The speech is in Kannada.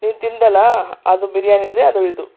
ನೀನು ತಿಂದಲ್ಲ ಅದು ಬಿರಿಯಾನಿದೆ ಅದು ಇದು